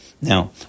now